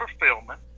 fulfillment